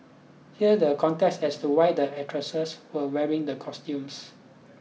here the context as to why the actresses were wearing the costumes